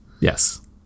Yes